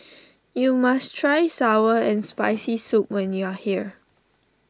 you must try Sour and Spicy Soup when you are here